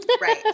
Right